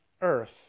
Earth